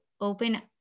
open